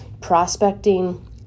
prospecting